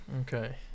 Okay